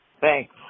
Thanks